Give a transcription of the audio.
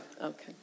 Okay